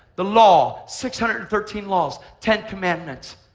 the law. six hundred and thirteen laws, ten commandments.